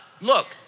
Look